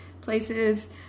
places